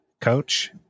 coach